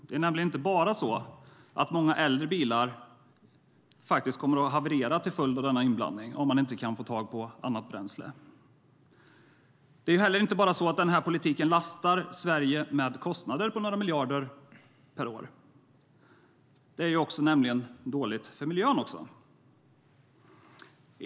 Det är nämligen inte bara så att många äldre bilar kommer att haverera till följd av denna inblandning, om man inte kan få tag på annat bränsle. Det är inte heller bara så att denna politik lastar Sverige med kostnader på några miljarder per år. Det är också dåligt för miljön.